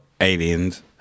aliens